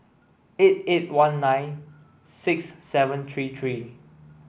eight eight one nine six seven three three